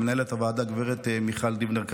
למנהלת הוועדה גב' מיכל דיבנר כרמל,